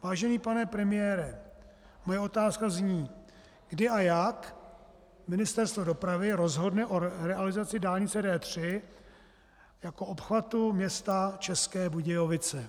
Vážený pane premiére, moje otázka zní: Kdy a jak Ministerstvo dopravy rozhodne o realizaci dálnice D3 jako obchvatu města České Budějovice?